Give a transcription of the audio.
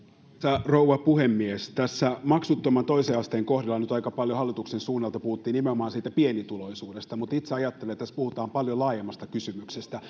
arvoisa rouva puhemies tässä maksuttoman toisen asteen kohdalla nyt aika paljon hallituksen suunnalta puhuttiin nimenomaan pienituloisuudesta mutta itse ajattelen että tässä puhutaan paljon laajemmasta kysymyksestä